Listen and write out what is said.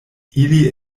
ili